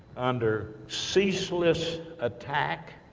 under ceaseless attack,